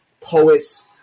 poets